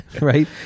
right